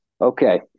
Okay